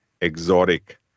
exotic